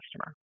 customer